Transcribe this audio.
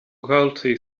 dhaltaí